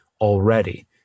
already